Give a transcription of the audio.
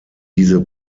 diese